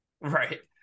Right